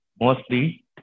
Mostly